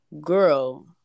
girl